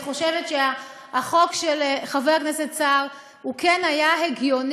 אני חושבת שהחוק של חבר הכנסת סער הוא כן הגיוני,